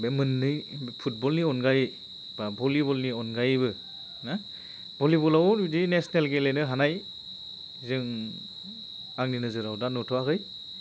बे मोननै फुटबलनि अनगायै एबा भलिबलनि अनगायैबो ना भलिबलावबो बिदि नेसनेल गेलेनो हानाय जों आंनि नोजोराव दा नुथ'वाखै